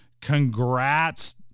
Congrats